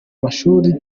amashuri